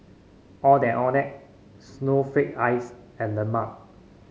Ondeh Ondeh Snowflake Ice and lemang